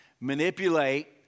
manipulate